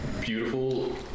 beautiful